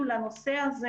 אומנם בקושי רב,